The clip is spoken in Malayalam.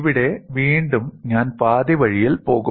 ഇവിടെ വീണ്ടും ഞാൻ പാതിവഴിയിൽ പോകും